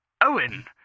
Owen